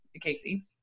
casey